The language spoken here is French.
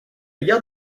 gare